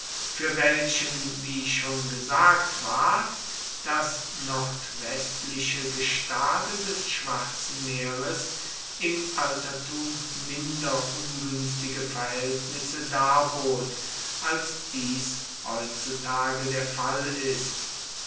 für welchen wie schon gesagt ward das nordwestliche gestade des schwarzen meeres im altertum minder ungünstige verhältnisse darbot als dies heutzutage der fall ist